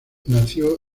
nació